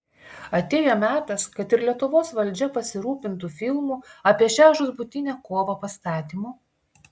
atėjo metas kad ir lietuvos valdžia pasirūpintų filmų apie šią žūtbūtinę kovą pastatymu